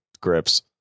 grips